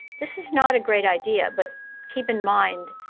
this is not a great idea. but keep in mind,